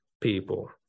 people